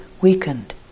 weakened